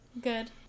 Good